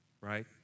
right